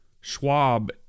Schwab